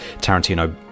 tarantino